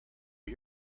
you